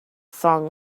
song